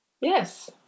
Yes